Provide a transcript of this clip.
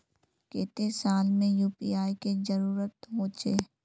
केते साल में यु.पी.आई के जरुरत होचे?